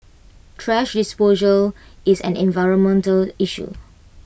thrash disposal is an environmental issue